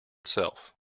itself